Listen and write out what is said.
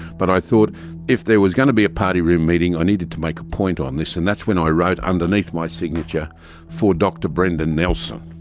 but i thought if there was going to be a party room meeting i needed to make a point on this and that's when i wrote underneath my signature for dr brendan nelson.